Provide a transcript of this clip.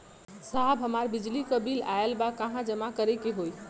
साहब हमार बिजली क बिल ऑयल बा कहाँ जमा करेके होइ?